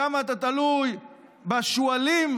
כמה אתה תלוי בשועלים,